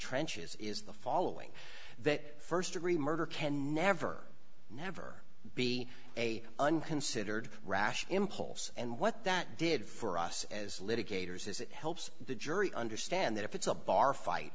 trenches is the following that st degree murder can never never be a unconsidered rash impulse and what that did for us as litigators is it helps the jury understand that if it's a bar fight